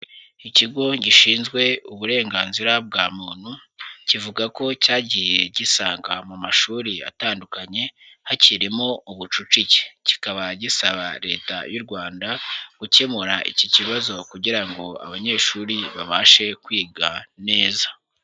Ikigo gishinzwe uburenganzira bwa muntu, kivuga ko cyagiye gisanga mu mashuri atandukanye hakirimo ubucucike, kikaba gisaba Leta y'u Rwanda gukemura iki kibazo kugira ngo abanyeshuri babashe kwiga neza.